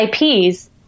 IPs